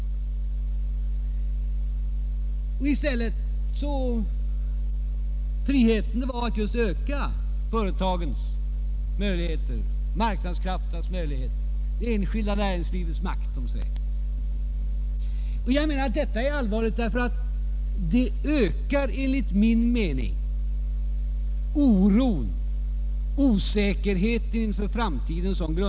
Enligt hans uppfattning skulle friheten just bestå i att öka företagens och marknadskrafternas möjligheter — med andra ord det enskilda näringslivets makt. Jag anser att ett sådant synsätt är allvarligt, därför att det enligt min mening ökar oron och osäkerheten inför framtiden.